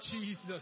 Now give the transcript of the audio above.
Jesus